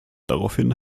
daraufhin